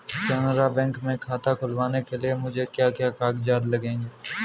Canara bank में खाता खुलवाने के लिए मुझे क्या क्या कागजात लगेंगे?